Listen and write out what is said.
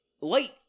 light